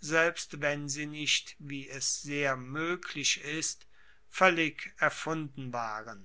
selbst wenn sie nicht wie es sehr moeglich ist voellig erfunden waren